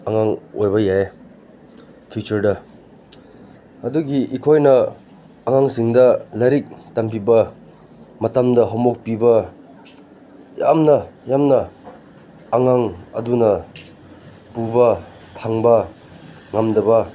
ꯑꯉꯥꯡ ꯑꯣꯏꯕ ꯌꯥꯏ ꯐ꯭ꯌꯨꯆꯔꯗ ꯑꯗꯨꯒꯤ ꯑꯩꯈꯣꯏꯅ ꯑꯉꯥꯡꯁꯤꯡꯗ ꯂꯥꯏꯔꯤꯛ ꯇꯝꯕꯤꯕ ꯃꯇꯝꯗ ꯍꯣꯝꯋꯣꯔꯛ ꯄꯤꯕ ꯌꯥꯝꯅ ꯌꯥꯝꯅ ꯑꯉꯥꯡ ꯑꯗꯨꯅ ꯄꯨꯕ ꯊꯥꯡꯕ ꯉꯝꯗꯕ